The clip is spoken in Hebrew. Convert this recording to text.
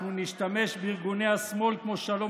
אנחנו נשתמש בארגוני השמאל כמו "שלום